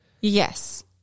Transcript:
Yes